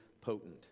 potent